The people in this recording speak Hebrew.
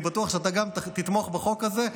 אני בטוח שגם אתה תתמוך בחוק הזה.